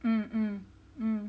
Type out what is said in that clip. mm mm mm